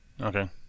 okay